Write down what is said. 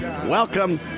Welcome